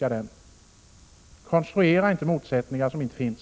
Konstruera inte motsättningar som inte finns!